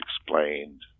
explained